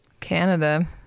Canada